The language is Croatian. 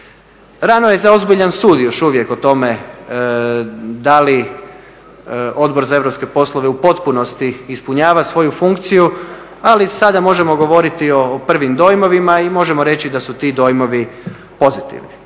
Rano je za ozbiljan sud još uvijek o tome da li Odbor za europske poslove u potpunosti ispunjava svoju funkciju, ali sada možemo govoriti o prvim dojmovima i možemo reći da su ti dojmovi pozitivni.